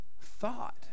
thought